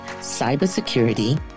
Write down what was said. cybersecurity